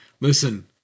listen